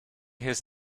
his